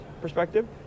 perspective